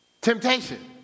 Temptation